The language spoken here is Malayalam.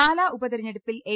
പാലാ ഉപതെരഞ്ഞെടുപ്പിൽ എൽ